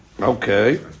okay